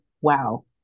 wow